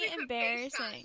embarrassing